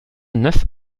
neuf